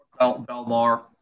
Belmar